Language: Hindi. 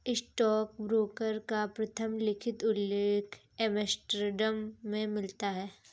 स्टॉकब्रोकर का प्रथम लिखित उल्लेख एम्स्टर्डम में मिलता है